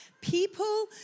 people